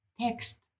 text